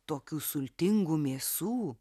tokių sultingų mėsų